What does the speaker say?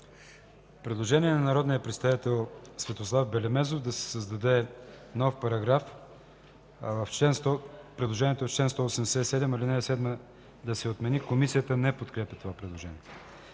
Предложение на народния представител Светослав Белемезов – да се създаде нов параграф. Предложението е: „В чл. 187 ал. 7 се отменя”. Комисията не подкрепя това предложение.